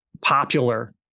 popular